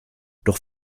durch